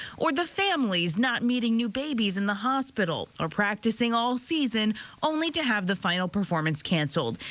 or the families not meeting new babies in the hospital or practicing all season only to have the final prfrnserformance canceled.